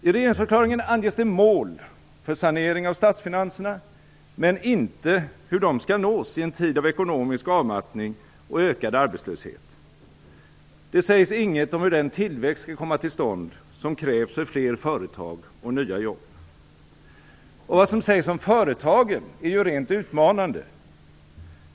I regeringsförklaringen anges det mål för saneringen av statsfinanserna men inte hur de skall nås i en tid av ekonomisk avmattning och ökad arbetslöshet. Det sägs inget om hur den tillväxt skall komma till stånd som krävs för fler företag och nya jobb. Vad som sägs om företagen är direkt utmanande.